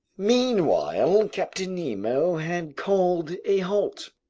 meanwhile captain nemo had called a halt.